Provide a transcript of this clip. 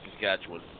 Saskatchewan